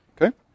Okay